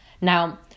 Now